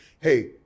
hey